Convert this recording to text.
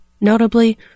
Notably